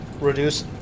reduce